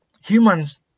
humans